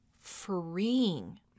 freeing